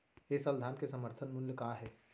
ए साल धान के समर्थन मूल्य का हे?